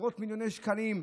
עשרות מיליוני שקלים,